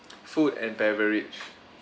food and beverage